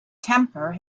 temper